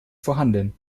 vorhanden